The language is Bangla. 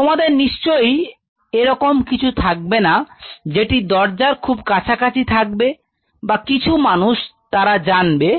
তোমাদের নিশ্চয়ই এরকম কিছু থাকবেনা যেটি দরজার খুব কাছাকাছি থাকবে বা কিছু মানুষ তারা জানবে